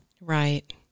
Right